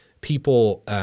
people